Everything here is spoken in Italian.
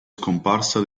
scomparsa